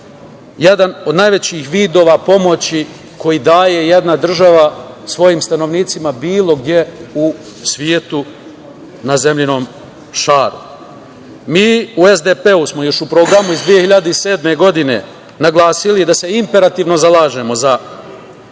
jedan od najvećih vidova pomoći koju daje jedna država svojim stanovnicima bilo gde u svetu na zemljinom šaru. Mi u SDP smo još u programu iz 2007. godine naglasili da se imperativno zalažemo za proširenje